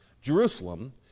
Jerusalem